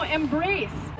embrace